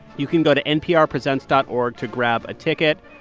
you can go to nprpresents dot org to grab a ticket.